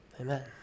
Amen